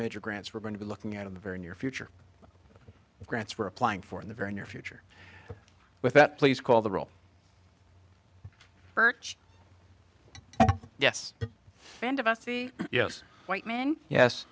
major grants we're going to be looking at in the very near future of grants for applying for in the very near future with that please call the roll birch yes yes white men yes